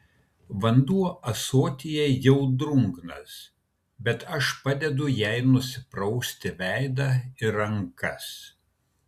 vanduo ąsotyje jau drungnas bet aš padedu jai nusiprausti veidą ir rankas